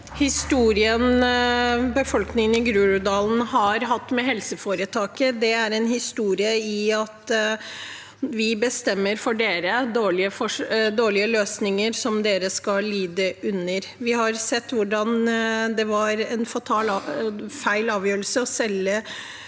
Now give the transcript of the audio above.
Historien befolk- ningen i Groruddalen har hatt med helseforetaket, er en historie om at det blir bestemt dårlige løsninger for dem som de skal lide under. Vi har sett hvordan det var en feil avgjørelse å legge